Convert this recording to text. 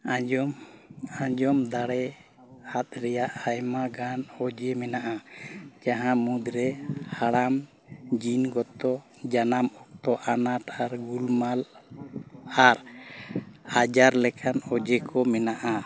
ᱟᱸᱡᱚᱢ ᱟᱸᱡᱚᱢ ᱫᱟᱲᱮ ᱟᱫ ᱨᱮᱭᱟᱜ ᱟᱭᱢᱟᱜᱟᱱ ᱚᱡᱮ ᱢᱮᱱᱟᱜᱼᱟ ᱡᱟᱦᱟᱸ ᱢᱩᱫᱽᱨᱮ ᱦᱟᱲᱟᱢ ᱡᱤᱱᱜᱚᱛᱚ ᱡᱟᱱᱟᱢ ᱜᱚᱛᱚ ᱟᱱᱟᱴ ᱟᱨ ᱜᱳᱞᱢᱟᱞ ᱟᱨ ᱟᱡᱟᱨ ᱞᱮᱠᱟᱱ ᱚᱡᱮ ᱠᱚ ᱢᱮᱱᱟᱜᱼᱟ